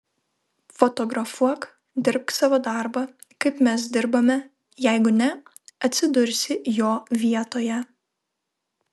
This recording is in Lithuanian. fotografuok dirbk savo darbą kaip mes dirbame jeigu ne atsidursi jo vietoje